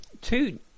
two